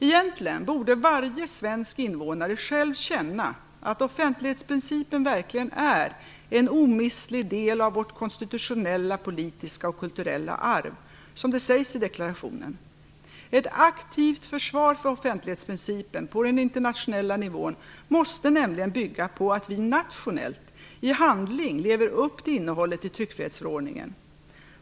Egentligen borde varje svensk invånare själv känna att offentlighetsprincipen verkligen är "en omistlig del av vårt konstitutionella, politiska och kulturella arv", som det sägs i deklarationen. Ett aktivt försvar för offentlighetsprincipen på den internationella nivån måste nämligen bygga på att vi nationellt i handling lever upp till innehållet i tryckfrihetsförordningen.